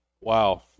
Wow